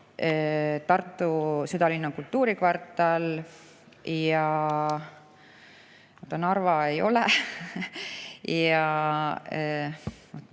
Tartu südalinna kultuurikvartal ja … Narva ei ole.